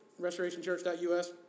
restorationchurch.us